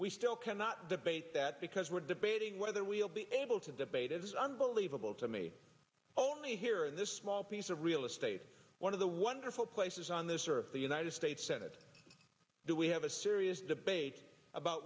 we still cannot debate that because we're debating whether we'll be able to debate it is unbelievable to me only here in this small piece of real estate one of the wonderful places on this earth the united states senate do we have a serious debate about